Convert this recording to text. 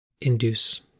induce